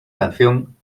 canción